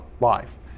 life